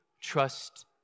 trust